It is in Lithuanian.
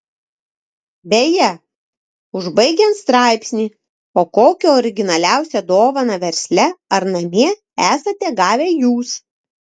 beje užbaigiant straipsnį o kokią originaliausią dovaną versle ar namie esate gavę jūs